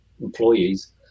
employees